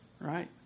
Right